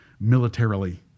militarily